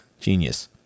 genius